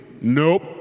Nope